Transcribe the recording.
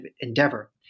endeavor